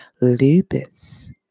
lupus